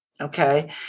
okay